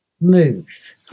move